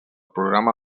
programa